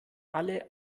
alle